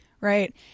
Right